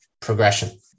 progression